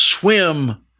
swim